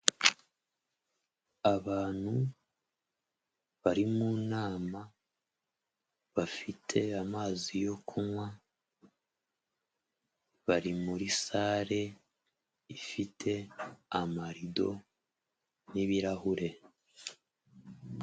Abantu bari mu nama, bafite amazi yo kunywa, bari muri sale ifite amarido n'ibirahure.